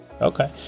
Okay